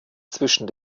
zwischen